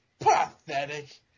Pathetic